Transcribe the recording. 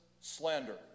slander